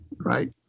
Right